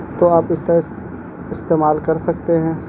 تو آپ اس کا استعمال کر سکتے ہیں